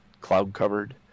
cloud-covered